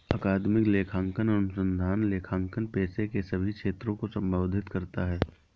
अकादमिक लेखांकन अनुसंधान लेखांकन पेशे के सभी क्षेत्रों को संबोधित करता है